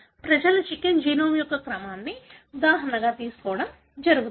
ప్రజలు chicken genome యొక్క క్రమాన్ని ఉదాహరణ గా తీసుకోవటం జరుగుతోంది